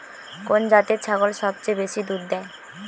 কোন জাতের ছাগল সবচেয়ে বেশি দুধ দেয়?